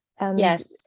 yes